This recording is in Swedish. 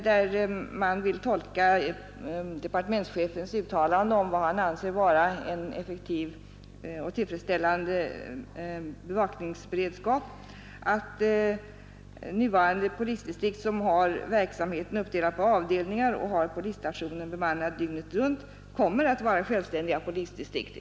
Där tolkas departementchefens uttalande om vad han anser vara en effektiv och tillfredsställande bevakningsberedskap på sådant sätt att nuvarande polisdistrikt, som har verksamheten uppdelad på avdelningar och har polisstationen bemannad dygnet runt, kommer att vara självständiga polisdistrikt.